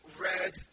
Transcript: red